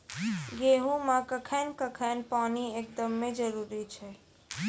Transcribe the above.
गेहूँ मे कखेन कखेन पानी एकदमें जरुरी छैय?